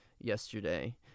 yesterday